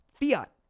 Fiat